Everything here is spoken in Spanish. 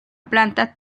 planta